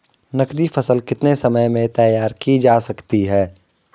नगदी फसल कितने समय में तैयार की जा सकती है?